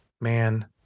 man